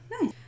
Nice